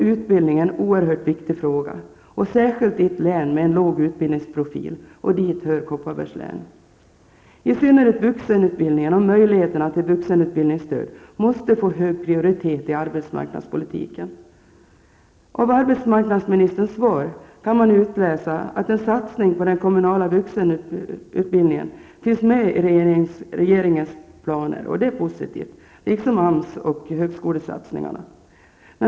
Utbildning är då en oerhört viktig fråga. Det gäller särskilt i län med en låg utbildningsprofil, och dit hör Kopparbergs län. I synnerhet vuxenutbildningen och möjligheterna till vuxenutbildningsstöd måste få hög prioritet i arbetsmarknadspolitiken. Av arbetsmarknadsministerns svar kan man utläsa att en satsning på den kommunala vuxenutbildningen finns med i regeringens planer, och det är positivt, liksom satsningar på AMS och högskolorna.